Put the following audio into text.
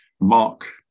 Mark